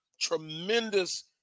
Tremendous